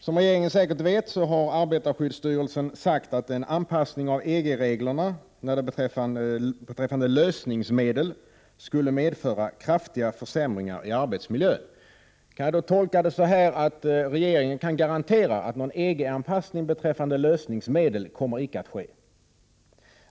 Som regeringen säkert vet har arbetarskyddsstyrelsen sagt att en anpassning till EG-reglerna beträffande lösningsmedel skulle medföra kraftiga försämringar i arbetsmiljön. Kan jag tolka det som att regeringen kan garantera att någon EG-anpassning beträffande användningen av lösningsmedel icke kommer att ske?